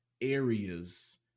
areas